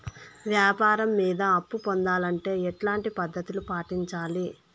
వ్యాపారం మీద అప్పు పొందాలంటే ఎట్లాంటి పద్ధతులు పాటించాలి?